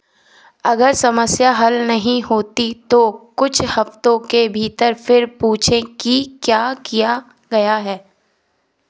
अगर समस्या हल नहीं होती तो कुछ हफ़्तों के भीतर फिर पूछें कि क्या किया गया है